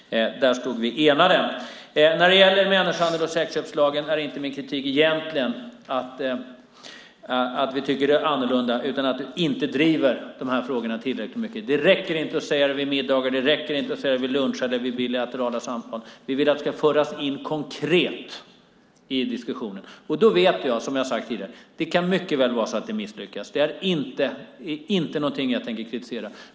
Där var vi eniga. När det gäller människohandel och sexköpslagen är min kritik egentligen inte att vi tycker annorlunda, utan att ni inte driver frågorna tillräckligt mycket. Det räcker inte att tala om det vid middagar. Det räcker inte att tala om det vid luncher eller i bilaterala samtal. Vi vill att det ska föras in konkret i diskussionen. Som jag har sagt tidigare kan det mycket väl misslyckas. Det tänker jag inte kritisera.